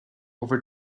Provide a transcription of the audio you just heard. over